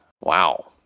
Wow